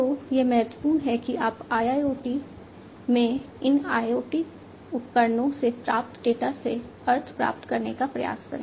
तो यह महत्वपूर्ण है कि आप IIoT में इन IoT उपकरणों से प्राप्त डेटा से अर्थ प्राप्त करने का प्रयास करें